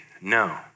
no